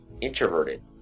introverted